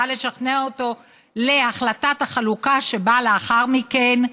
בא לשכנע אותו להחלטת החלוקה שבאה לאחר מכן,